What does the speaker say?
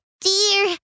dear